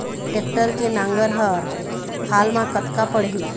Tractor के नांगर हर हाल मा कतका पड़िही?